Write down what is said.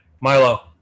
Milo